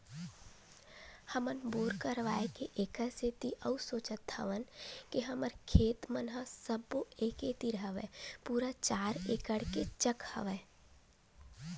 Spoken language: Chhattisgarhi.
हमन बोर करवाय के ऐखर सेती अउ सोचत हवन के हमर खेत मन ह सब्बो एके तीर हवय पूरा चार एकड़ के चक हवय